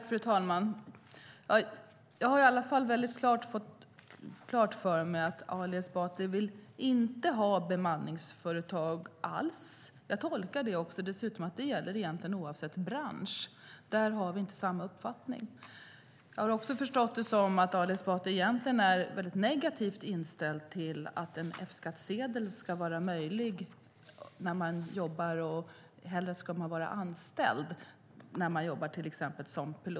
Fru talman! Jag har fått klart för mig att Ali Esbati egentligen inte vill ha några bemanningsföretag alls. Jag tolkar det dessutom som att det gäller oavsett bransch. Där har vi inte samma uppfattning. Jag har också förstått det som att Ali Esbati är negativt inställd till möjligheten att jobba med F-skattsedel. Hellre ska man vara anställd när man jobbar till exempel som pilot.